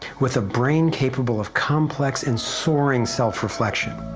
with a brain capable of complex and soaring self-reflection,